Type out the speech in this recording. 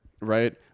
right